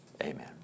Amen